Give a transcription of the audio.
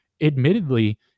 admittedly